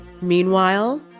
Meanwhile